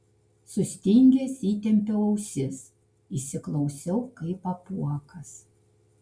sustingęs įtempiau ausis įsiklausiau kaip apuokas